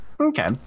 Okay